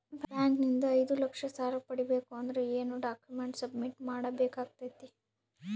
Bank ನಿಂದ ಐದು ಲಕ್ಷ ಸಾಲ ಪಡಿಬೇಕು ಅಂದ್ರ ಏನ ಡಾಕ್ಯುಮೆಂಟ್ ಸಬ್ಮಿಟ್ ಮಾಡ ಬೇಕಾಗತೈತಿ?